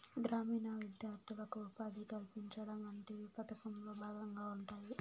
గ్రామీణ విద్యార్థులకు ఉపాధి కల్పించడం వంటివి పథకంలో భాగంగా ఉంటాయి